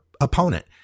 opponent